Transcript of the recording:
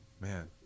Man